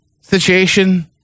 situation